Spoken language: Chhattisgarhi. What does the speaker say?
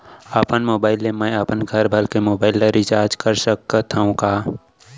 अपन मोबाइल ले मैं अपन घरभर के मोबाइल ला रिचार्ज कर सकत हव का?